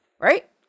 right